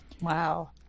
Wow